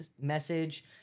message